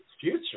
future